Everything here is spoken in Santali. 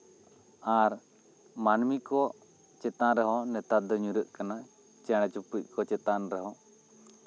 ᱟᱨ ᱢᱟᱹᱱᱢᱤ ᱠᱚ ᱪᱮᱛᱟᱱ ᱨᱮᱦᱚᱸ ᱱᱮᱛᱟᱨ ᱫᱚ ᱧᱩᱨᱦᱟᱹᱜ ᱠᱟᱱᱟ ᱪᱮᱬᱮ ᱪᱩᱯᱲᱤ ᱠᱚ ᱪᱮᱛᱟᱱ ᱨᱮᱦᱚᱸ